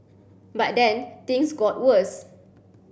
but then things got worse